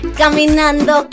caminando